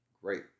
great